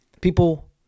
People